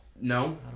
No